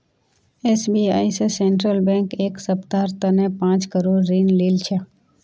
SBI स central bank एक सप्ताहर तने पांच करोड़ ऋण लिल छ